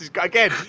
Again